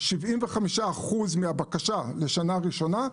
75% מהבקשה לשנה ראשונה,